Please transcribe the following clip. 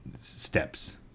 steps